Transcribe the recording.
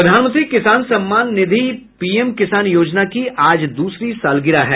प्रधानमंत्री किसान सम्मान निधि पीएम किसान योजना की आज दूसरी सालगिरह है